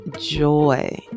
joy